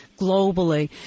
globally